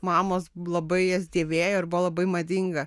mamos labai jas dėvėjo ir buvo labai madinga